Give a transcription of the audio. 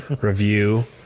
review